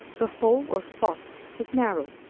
the hole or foss was narrow,